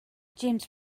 james